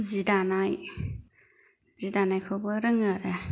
जि दानाय जि दानायखौबो रोङो आरो